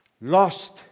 Lost